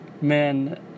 man